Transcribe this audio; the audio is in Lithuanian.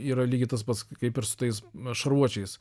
yra lygiai tas pats kaip ir su tais šarvuočiais